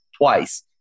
twice